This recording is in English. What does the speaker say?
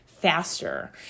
faster